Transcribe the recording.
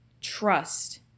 trust